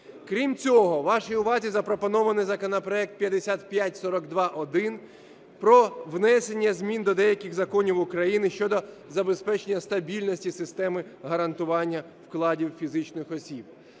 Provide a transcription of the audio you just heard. Крім цього, вашій увазі запропонований законопроект 5542-1 про внесення змін до деяких законів України щодо забезпечення стабільності системи гарантування вкладів фізичних осіб.